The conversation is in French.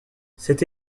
cette